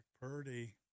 Purdy